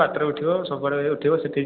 ବାଟରେ ଉଠିବ ସବୁ ଆଡ଼େ ଉଠିବ ସେଠି